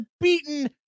beaten